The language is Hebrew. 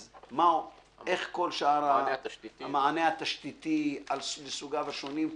אז איך כל שאר המענה התשתיתי על סוגיו השונים,